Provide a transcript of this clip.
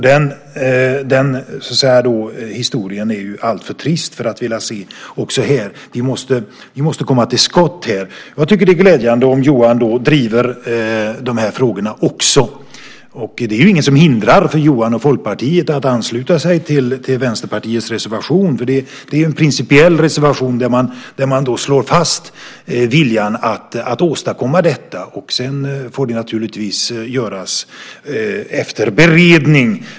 Den historien är alltför trist för att vi ska vilja se den också här. Vi måste komma till skott. Det är glädjande om Johan driver dessa frågor också. Det är inget som hindrar Johan och Folkpartiet att ansluta sig till Vänsterpartiets reservation. Det är en principiell reservation där man slår fast viljan att åstadkomma detta. Det får naturligtvis göras efter beredning.